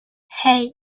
hey